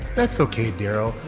that's ok derral,